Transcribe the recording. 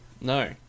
No